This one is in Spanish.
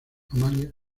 amalia